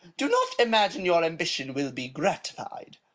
do not imagine your ambition will be gratified.